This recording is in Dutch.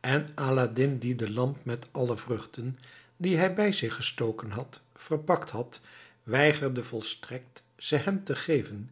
en aladdin die de lamp met alle vruchten die hij bij zich gestoken had verpakt had weigerde volstrekt ze hem te geven